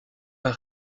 pas